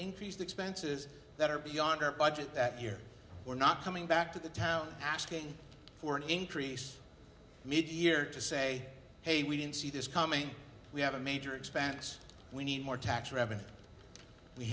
increased expenses that are beyond our budget that year or not coming back to the town asking for an increase mid year to say hey we didn't see this coming we have a major expense we need more tax revenue we